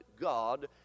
God